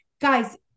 guys